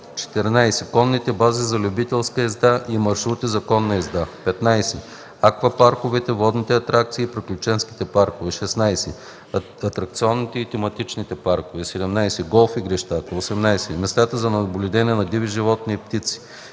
14. конните бази за любителска езда и маршрути за конна езда; 15. аквапарковете, водните атракциони и приключенските паркове; 16. атракционните и тематичните паркове; 17. голф игрищата; 18. местата за наблюдение на диви животни и птици;